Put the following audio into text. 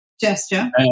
gesture